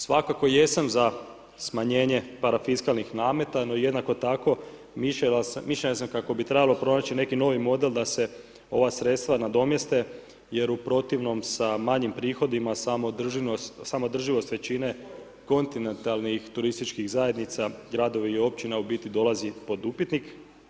Svakako jesam za smanjenje parafiskalnih nameta no jednako tako mišljenja sam kako bi trebalo pronaći neki novi model da se ova sredstva nadomjeste jer u protivnom sa manjim prihodima samoodrživost većine kontinentalnih TZ, gradova i općina u biti dolazi pod upitnik.